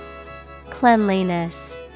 Cleanliness